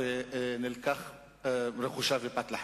המשקיע הכי נועז לא שם כספים ב"ריסק" לפרק זמן כזה.